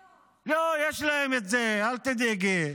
--- לא, יש להם את זה, אל תדאגי.